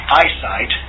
eyesight